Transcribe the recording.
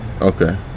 okay